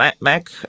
Mac